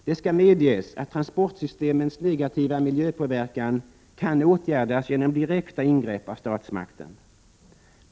Det skall medges att transportsystemens negativa miljöpåverkan kan åtgärdas genom direkta ingrepp av statsmakten.